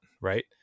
right